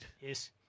Yes